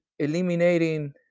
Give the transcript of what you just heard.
Eliminating